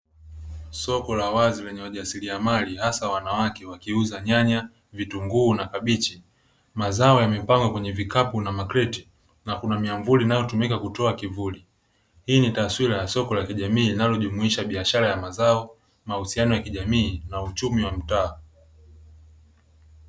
Soko la wazi lenye wajasiriamali hasa wanawake wakiuza nyanya, vitunguu na kabichi. Mazao yamepangwa kwenye vikapu a makreti na kuna miamvuli inayotumika kutoa kivuli. Hii ni taswira inayojumuisha biashara ya mazao, mawasiliano ya kijamii na uchumi wa kimtaa.